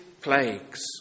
plagues